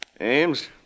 Ames